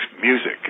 Music